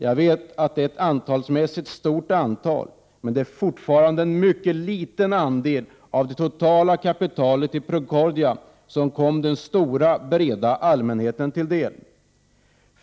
Jag vet att det är ett stort antal, men det är fortfarande en mycket liten andel av det totala kapitalet i Procordia som kom den stora breda allmänheten till del.